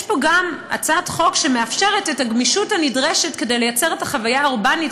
יש פה גם הצעת חוק שמאפשרת את הגמישות הנדרשת כדי ליצור את החוויה האורבנית